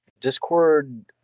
Discord